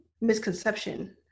misconception